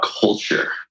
culture